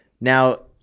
Now